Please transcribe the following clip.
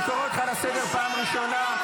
אני קורא אותך לסדר פעם ראשונה.